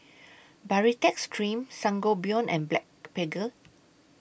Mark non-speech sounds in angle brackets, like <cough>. Baritex Cream Sangobion and <unintelligible>